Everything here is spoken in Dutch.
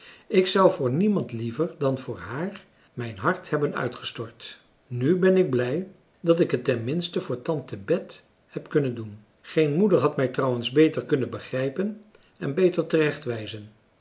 ik zou voor niemand liever dan voor haar mijn hart hebben uitgestort nu ben ik blij dat ik het ten minste voor tante bet heb kunnen doen geen moeder had mij trouwens beter kunnen begrijpen en beter